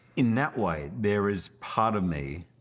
in that way, there is part of me,